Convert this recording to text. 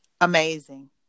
amazing